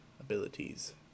abilities